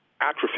atrophy